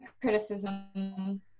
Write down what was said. criticism